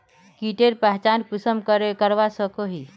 कीटेर पहचान कुंसम करे करवा सको ही?